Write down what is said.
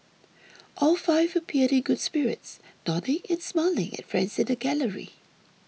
all five appeared in good spirits nodding and smiling at friends in gallery